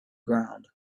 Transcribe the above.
ground